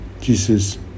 Jesus